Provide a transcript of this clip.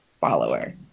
Follower